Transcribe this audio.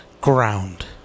Ground